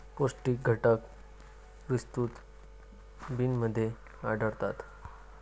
पौष्टिक घटक विस्तृत बिनमध्ये आढळतात